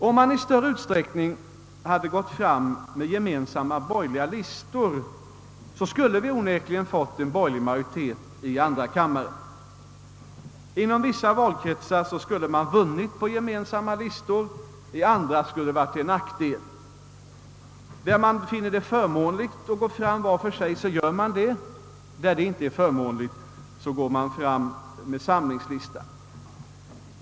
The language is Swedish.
Om man i större utsträckning hade gått fram med gemensamma borgerliga listor skulle vi onekligen fått en borgerlig majoritet i andra kammaren. Inom vissa valkretsar skulle de borgerliga partierna ha vunnit på gemensamma listor, i andra skulle sådana ha varit till nackdel. Där man finner det förmånligt att gå fram var för sig gör man det, där det inte är förmånligt går man fram med samlingslistor.